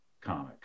comic